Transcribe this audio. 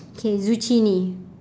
okay zucchini